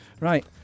Right